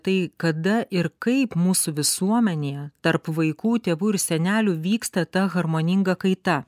tai kada ir kaip mūsų visuomenėje tarp vaikų tėvų ir senelių vyksta ta harmoninga kaita